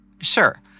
Sure